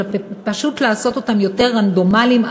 אלא פשוט לעשות אותם יותר רנדומליים,